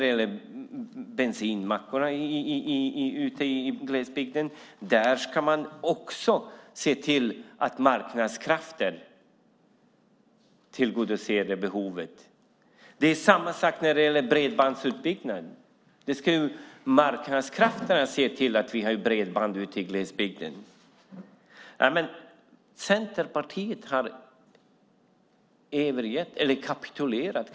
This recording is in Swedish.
Det gäller även bensinmackarna i glesbygden - marknadskrafterna ska tillgodose behovet - liksom bredbandsutbyggnaden; det är marknadskrafterna som ska se till att vi har bredband i glesbygden. Centerpartiet har kanske kapitulerat.